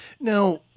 Now